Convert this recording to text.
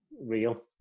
real